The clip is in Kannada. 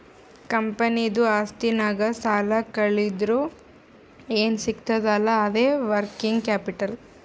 ಕಂಪನಿದು ಆಸ್ತಿನಾಗ್ ಸಾಲಾ ಕಳ್ದುರ್ ಏನ್ ಸಿಗ್ತದ್ ಅಲ್ಲಾ ಅದೇ ವರ್ಕಿಂಗ್ ಕ್ಯಾಪಿಟಲ್